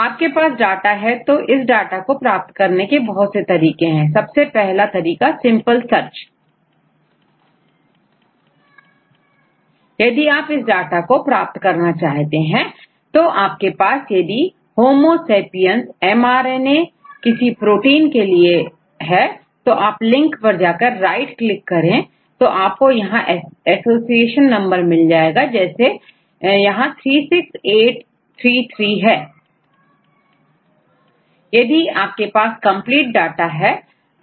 आपके पास डाटा हैं तो इस डाटा को प्राप्त करने के लिए बहुत से तरीके हैं सबसे पहला तरीका सिंपल सर्च यदि आप इस डाटा को प्राप्त करना चाहते हैं तो आपके पास यदि होमो सेपियंस एमआरएनए किसी प्रोटीन के लिए है तो आप लिंक पर जाकर राइट क्लिक करेंगे तो आपको उसका एसोसिएशन नंबर मिल जाएगा जैसे यहां 36 833 है अब आपके पास कंप्लीट डाटा है